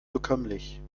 bekömmlich